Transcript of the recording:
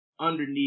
underneath